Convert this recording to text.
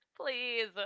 please